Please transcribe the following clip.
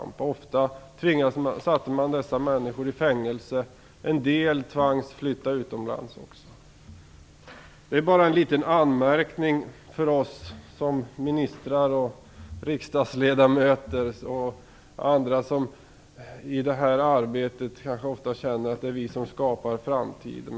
Ofta satte man dessa människor i fängelse, och en del tvangs att flytta utomlands. Detta var bara en liten anmärkning till ministrar, riksdagsledamöter och andra som i sitt arbete här kanske ofta känner sig skapa framtiden.